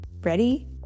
ready